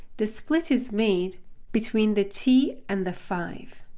the split is made between the t and the five.